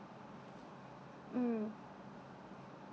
mm